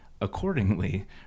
accordingly